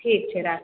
ठीक छै राखै छी